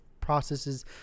processes